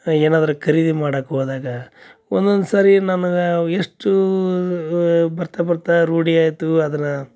ಏನಾದರೂ ಖರೀದಿ ಮಾಡಕ್ಕೆ ಹೋದಾಗ ಒಂದೊಂದು ಸಾರಿ ನನಗೆ ಅವು ಎಷ್ಟು ಬರ್ತ ಬರ್ತ ರೂಢಿ ಆಯಿತು ಅದರ